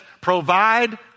provide